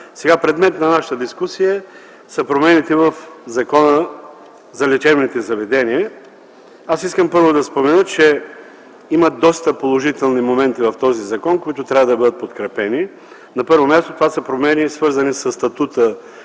Предмет на нашата дискусия сега са промените в Закона за лечебните заведения. Аз искам първо да спомена, че има доста положителни моменти в този закон, които трябва да бъдат подкрепени. На първо място, това са промените, свързани със статута